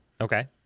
Okay